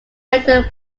mental